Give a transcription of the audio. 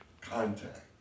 contact